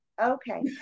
Okay